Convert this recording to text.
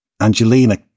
Angelina